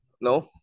no